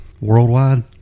worldwide